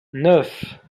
neuf